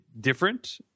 different